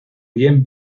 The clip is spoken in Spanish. bien